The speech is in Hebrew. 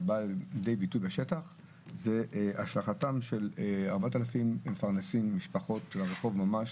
אבל בא לידי ביטוי בשטח השלכתם של 4,000 מפרנסים משפחות לרחוב ממש.